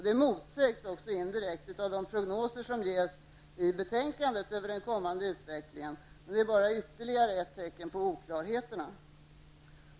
Det motsägs också indirekt av de prognoser över den kommande utvecklingen som ges i betänkandet, men det är bara ytterligare ett tecken på oklarheterna.